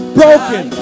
broken